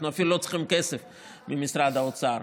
אנחנו אפילו לא צריכים כסף ממשרד האוצר.